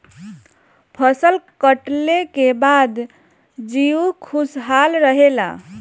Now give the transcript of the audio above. फसल कटले के बाद जीउ खुशहाल रहेला